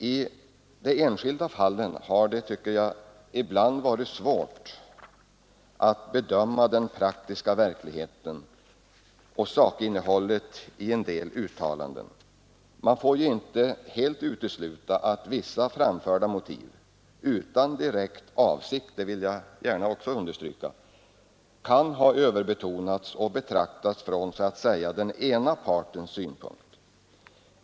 I de enskilda fallen tycker jag dock att det ibland har varit svårt att bedöma den praktiska verkligheten och sakinnehållet i en del uttalanden. Man får ju inte helt utesluta att vissa framförda motiv — utan direkt avsikt, det vill jag gärna också understryka — kan ha överbetonats och betraktats från så att säga den ena partens synpunkt.